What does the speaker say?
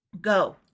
Go